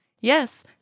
Yes